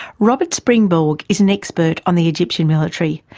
robert springborg is an expert on the egyptian military,